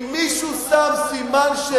אריק שרון היה